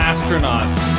Astronauts